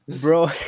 Bro